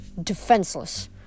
defenseless